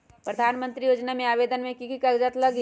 प्रधानमंत्री योजना में आवेदन मे की की कागज़ात लगी?